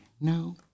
No